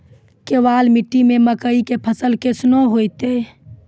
केवाल मिट्टी मे मकई के फ़सल कैसनौ होईतै?